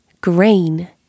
green